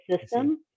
system